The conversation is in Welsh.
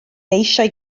eisiau